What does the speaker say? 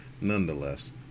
nonetheless